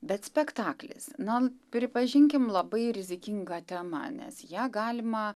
bet spektaklis na pripažinkim labai rizikinga tema nes ją galima